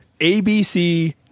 ABC